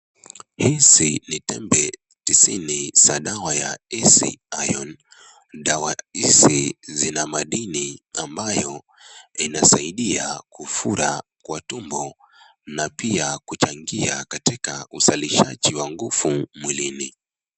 Hizi ni tembe tisini za dawa ya isi iron. Dawa hisi zina madini ambayo inasaidia kufura kwa tumbo na pia kuchangia katika uzalishaji wa nguvu mwilini.